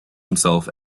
himself